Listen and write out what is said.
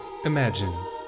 Imagine